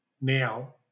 now